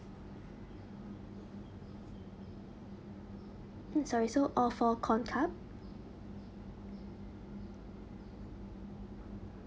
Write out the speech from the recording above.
mm sorry so all four corn cup